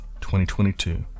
2022